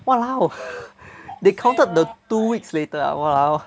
!walao! they counted the two weeks later ah !walao!